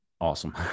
awesome